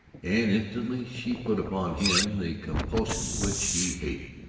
and instantly she put upon him the compulsion which he hated.